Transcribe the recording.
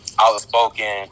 outspoken